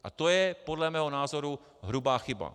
A to je podle mého názoru hrubá chyba.